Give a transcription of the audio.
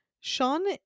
Sean